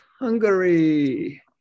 hungary